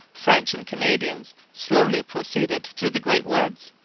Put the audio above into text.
french and canadians slowly proceeded through the great woods,